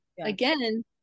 again